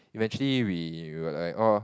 eventually we were like oh